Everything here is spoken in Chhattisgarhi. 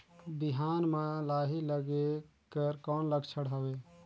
बिहान म लाही लगेक कर कौन लक्षण हवे?